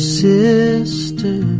sister